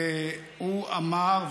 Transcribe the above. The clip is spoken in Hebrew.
והוא אמר,